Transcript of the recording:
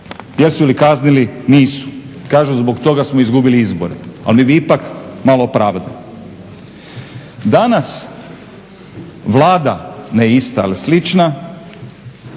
Jesu li kaznili? Nisu, kažu zbog toga smo izgubili izbore, al mi bi ipak malo pravde. Danas Vlada, ne ista al slična,